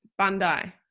Bandai